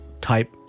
type